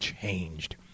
changed